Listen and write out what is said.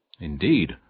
Indeed